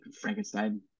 Frankenstein